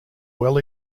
well